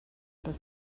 but